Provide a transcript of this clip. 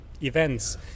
events